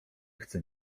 chcę